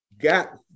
got